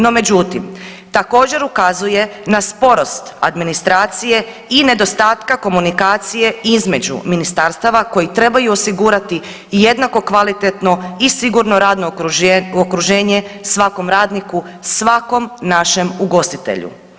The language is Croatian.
No međutim, također ukazuje na sporost administracije i nedostatka komunikacije između ministarstava koji trebaju osigurati i jednako kvalitetno i sigurno radno okruženje svakom radniku svakom našem ugostitelju.